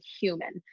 human